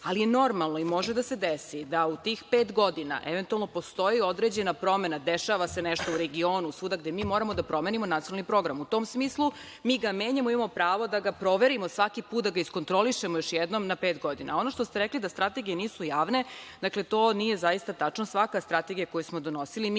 godina. Normalno je i može da se desi da u tih pet godina eventualno postoji određena promena, dešava se nešto u regionu, svuda gde mi moramo da promenimo nacionalni program. U tom smislu mi ga menjamo i imamo pravo da ga proverimo svaki put, da ga iskontrolišemo još jednom na pet godina. Ono što ste rekli da strategije nisu javne, to nije tačno. Svaka strategija koju smo donosili mi